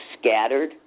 scattered